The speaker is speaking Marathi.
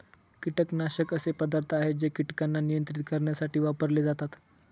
कीटकनाशक असे पदार्थ आहे जे कीटकांना नियंत्रित करण्यासाठी वापरले जातात